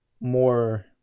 more